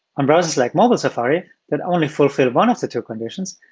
on browsers like mobile safari that only fulfills one of the two conditions,